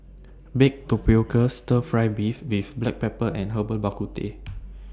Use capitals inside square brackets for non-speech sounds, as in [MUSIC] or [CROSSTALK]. Baked Tapioca Stir Fry Beef with Black Pepper and Herbal Bak Ku Teh [NOISE]